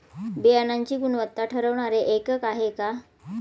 बियाणांची गुणवत्ता ठरवणारे एकक आहे का?